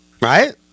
Right